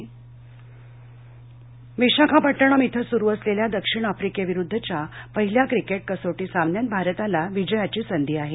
cricket Visakhapatnam क्रि सुरु असलेल्या दक्षिण आफ्रिकेविरुद्दच्या पहिल्या क्रिकेट कसोटी सामन्यात भारताला विजयाची संधी आहे